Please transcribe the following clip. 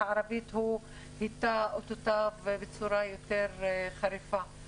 נתן אותותיו בצורה יותר חריפה בחברה הערבית.